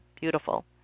Beautiful